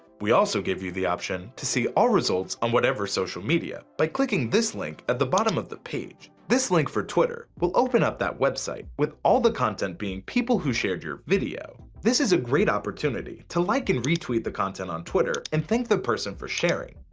we also give you the option to see all results on whatever social media, by clicking this link at the bottom of the page. this for twitter, will open up that website with all the content being people who shared your video! this is a great opportunity to like and retweet the content on twitter, and thank the person for sharing!